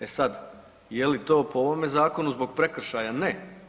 E sad, je li to po ovome zakonu, zbog prekršaja ne.